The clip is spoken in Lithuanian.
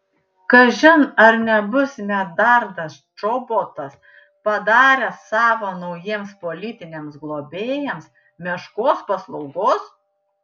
kažin ar nebus medardas čobotas padaręs savo naujiems politiniams globėjams meškos paslaugos